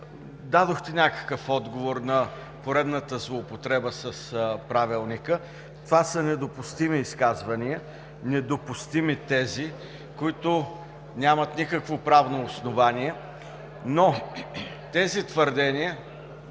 дадохте някакъв отговор на поредната злоупотреба с Правилника. Това са недопустими изказвания, недопустими тези, които нямат никакво правно основание. Тези твърдения